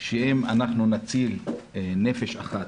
שאם אנחנו נציל נפש אחת